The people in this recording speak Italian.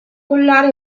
collare